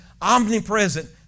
omnipresent